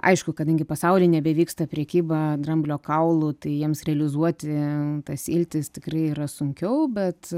aišku kadangi pasauly nebevyksta prekyba dramblio kaulu tai jiems realizuoti tas iltis tikrai yra sunkiau bet